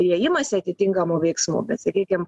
ir jie imasi atitinkamų veiksmų bet sakykim